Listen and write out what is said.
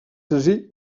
senzill